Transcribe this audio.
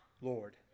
Lord